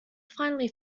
finally